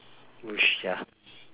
bush ya